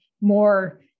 more